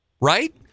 right